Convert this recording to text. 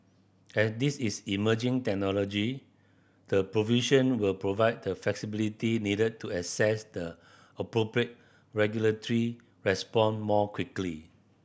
as this is emerging technology the provision will provide the flexibility needed to assess the appropriate regulatory response more quickly